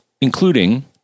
including